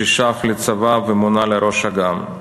ששב לצבא ומונה לראש אג"ם.